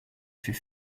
fait